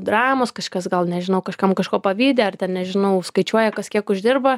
dramos kažkas gal nežinau kažkam kažko pavydi ar ten nežinau skaičiuoja kas kiek uždirba